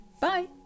bye